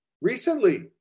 recently